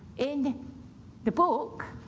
in the book,